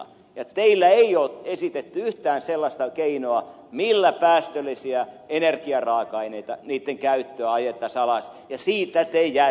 ja teillä ei ole esitetty yhtään sellaista keinoa millä päästöllisten energiaraaka aineiden käyttöä ajettaisiin alas ja siitä te jäätte kiinni